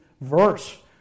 verse